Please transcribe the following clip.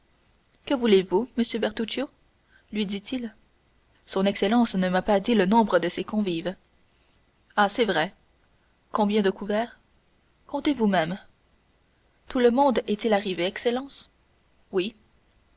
que voulez-vous monsieur bertuccio lui dit-il son excellence ne m'a pas dit le nombre de ses convives ah c'est vrai combien de couverts comptez vous-même tout le monde est-il arrivé excellence oui